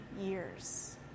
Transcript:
years